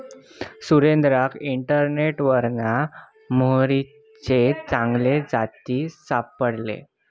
सुरेंद्राक इंटरनेटवरना मोहरीचे चांगले जाती सापडले